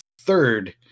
third